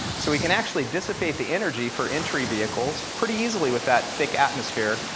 so we can actually dissipate the energy for entry vehicles pretty easily with that thick atmosphere,